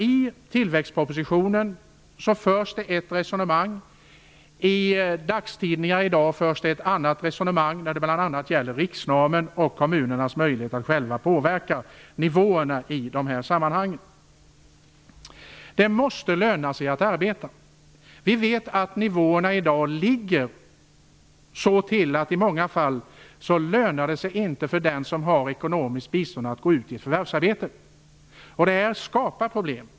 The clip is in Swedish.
I tillväxtpropositionen förs ett resonemang, och i dagstidningarna förs ett annat resonemang bl.a. vad gäller riksnormen och kommunernas möjlighet att själva påverka nivåerna. Det måste löna sig att arbeta. Vi vet att det med dagens nivåer i många fall inte lönar sig för den som har ekonomiskt bistånd att gå ut i förvärvsarbete. Det här skapar problem.